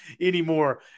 anymore